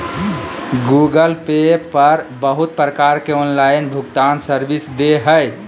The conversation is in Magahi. गूगल पे पर बहुत प्रकार के ऑनलाइन भुगतान सर्विस दे हय